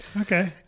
Okay